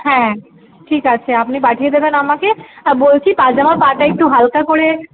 হ্যাঁ ঠিক আছে আপনি পাঠিয়ে দেবেন আমাকে আর বলছি পাজামার পাটা একটু হালকা করে